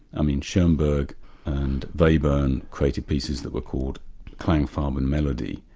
i mean schoenberg and but webern created pieces that were called klangfarben melody,